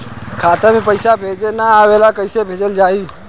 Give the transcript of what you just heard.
खाता में पईसा भेजे ना आवेला कईसे भेजल जाई?